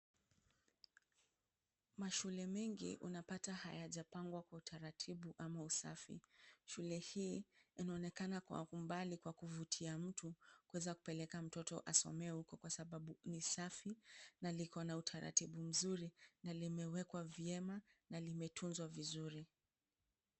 Mashule mengi unapata hayajapangwa kwa utaratibu ama usafi, shule hii inaonekana kwa umbali kwa kuvutia mtu, unaweza kupeleka mtoto asomee huko, kwa sababu ni safi na liko na utaratibu mzuri na limewekwa vyema na limetunzwa vizuri.